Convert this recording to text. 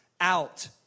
out